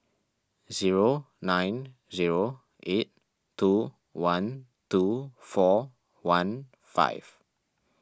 zero nine zero eight two one two four one five